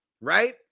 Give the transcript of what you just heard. right